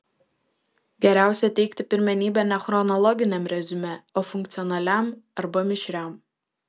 geriausia teikti pirmenybę ne chronologiniam reziumė o funkcionaliam arba mišriam